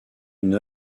une